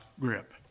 grip